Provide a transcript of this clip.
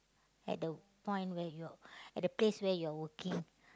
at the point where you'll at the place where you're working